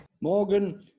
Morgan